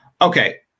Okay